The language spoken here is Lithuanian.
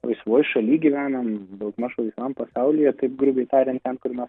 laisvoj šalyj gyvename daugmaž pasaulyje taip grubiai tariant ten kur nors